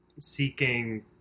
seeking